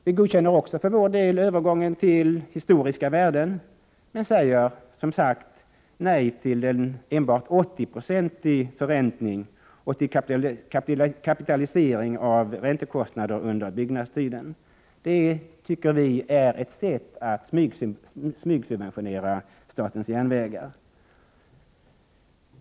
Vi godkänner också för vår del övergången till historiska värden men säger som sagt nej till en enbart 80-procentig förräntning och till kapitalisering av räntekostnader under byggnadstiden. Det tycker vi är ett sätt att smygsubventionera statens järnvägar.